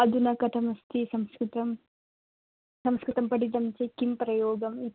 अधुना कथम् अस्ति संस्कृतं संस्कृतं पठितं चेत् किं प्रयोजनम्